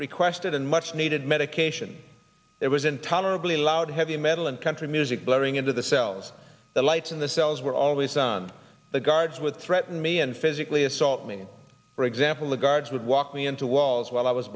requested and much needed medication that was intolerably loud heavy metal and country music blaring into the cells the lights in the cells were always on the guards would threaten me and physically assault me for example the guards would walk me into walls while i was